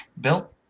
Bill